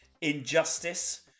injustice